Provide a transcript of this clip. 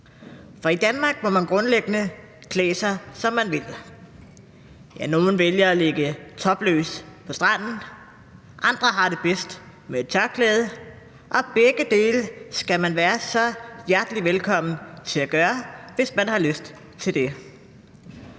for i Danmark må man grundlæggende klæde sig, som man vil. Nogle vælger at ligge topløse på stranden, andre har det bedst med et tørklæde, og begge dele skal man være så hjertelig velkommen til at gøre, hvis man har lyst til det.